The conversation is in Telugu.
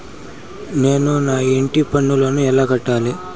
నేను నా ఇంటి పన్నును ఎలా కట్టాలి?